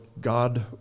God